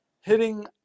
hitting